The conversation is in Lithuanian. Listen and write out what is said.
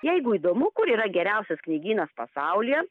jeigu įdomu kur yra geriausias knygynas pasaulyje